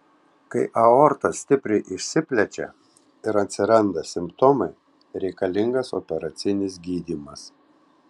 kai aorta stipriai išsiplečia ir atsiranda simptomai reikalingas operacinis gydymas